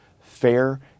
fair